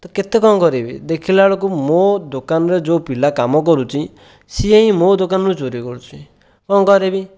ତ କେତେ କଣ କରିବି ଦେଖିଲା ବେଳକୁ ମୋ' ଦୋକାନରେ ଯେଉଁ ପିଲା କାମ କରୁଛି ସିଏ ହିଁ ମୋ' ଦୋକାନରୁ ଚୋରି କରୁଛି କଣ କରିବି